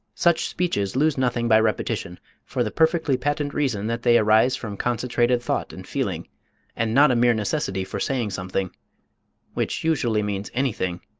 such speeches lose nothing by repetition for the perfectly patent reason that they arise from concentrated thought and feeling and not a mere necessity for saying something which usually means anything,